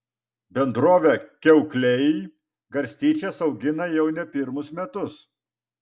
bendrovė kiaukliai garstyčias augina jau ne pirmus metus